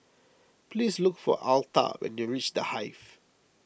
please look for Altha when you reach the Hive